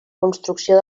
construcció